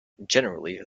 generally